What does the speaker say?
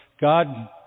God